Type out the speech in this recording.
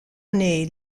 est